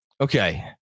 okay